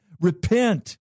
repent